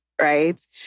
right